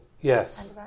yes